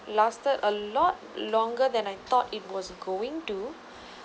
lasted a lot longer than I thought it was going to